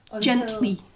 gently